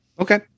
Okay